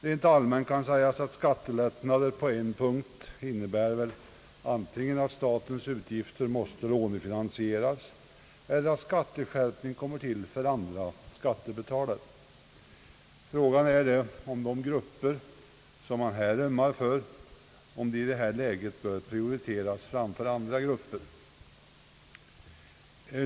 Rent allmänt kan sägas, att skattelättnader på en punkt innebär antingen att statens utgifter måste lånefinansieras eller att skatteskärpning kommer till för andra skattebetalare. Frågan är då om de grupper, som man här ömmar för, i detta läge bör prioriteras framför andra grupper.